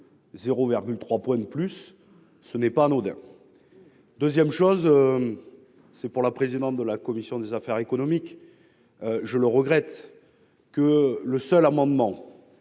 0,3 point de plus, ce n'est pas anodin ! Madame la présidente de la commission des affaires économiques, je regrette que le seul amendement